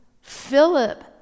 Philip